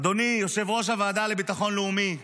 אדוני, יושב-ראש הוועדה לביטחון לאומי,